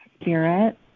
spirit